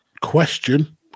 question